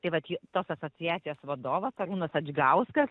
tai vat jo tos asociacijos vadovas arūnas adžgauskas